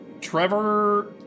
Trevor